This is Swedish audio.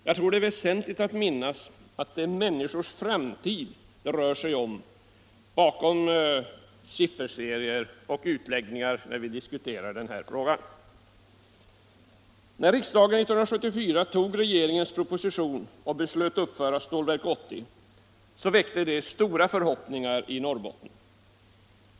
Jag tror det är väsentligt att minnas, att det är människors framtid det rör sig om bakom sifferserier och utläggningar i diskussionen av den här frågan. När riksdagen 1974 antog regeringens proposition och beslöt uppföra Stålverk 80 väckte det stora förhoppningar i Norrbotten.